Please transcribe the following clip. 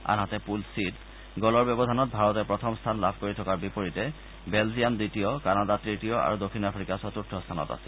আনহাতে pool C গলৰ ব্যৱধানত ভাৰতে প্ৰথম স্থান লাভ কৰি থকাৰ বিপৰীতে বেলজিয়াম দ্বিতীয় কানাডা তৃতীয় আৰু দক্ষিণ আফ্ৰিকা চতুৰ্থ স্থানত আছে